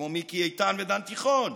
כמו מיקי איתן ודן תיכון,